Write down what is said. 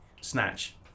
snatch